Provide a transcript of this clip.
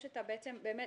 נכון